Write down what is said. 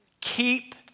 Keep